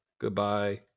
Goodbye